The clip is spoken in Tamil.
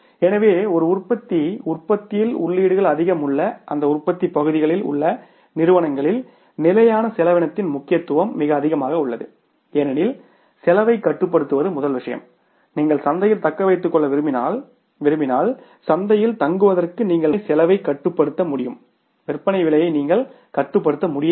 எனவே ஒரு உற்பத்தி உற்பத்தியில் உள்ளீடுகள் அதிகம் உள்ள அந்த உற்பத்தி பகுதிகளில் உள்ள நிறுவனங்களில் நிலையான செலவினத்தின் முக்கியத்துவம் மிக அதிகமாக உள்ளது ஏனெனில் செலவைக் கட்டுப்படுத்துவது முதல் விஷயம் நீங்கள் சந்தையில் தக்க வைத்துக் கொள்ள விரும்பினால் விரும்பினால் சந்தையில் தங்குவதற்கு நீங்கள் மட்டுமே செலவைக் கட்டுப்படுத்த முடியும் விற்பனை விலையை நீங்கள் கட்டுப்படுத்த முடியாது